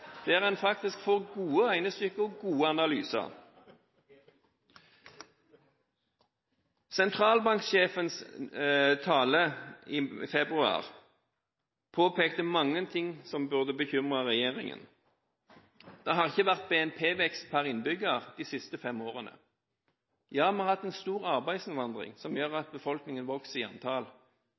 der en faktisk får gode regnestykker og gode analyser. Sentralbanksjefen påpekte i sin tale i februar mange ting som burde bekymre regjeringen. Det har ikke vært BNP-vekst per innbygger de siste fem årene. Vi har hatt en stor arbeidsinnvandring, som gjør at befolkningen vokser i antall,